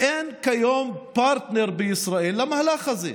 אין כיום פרטנר בישראל למהלך הזה,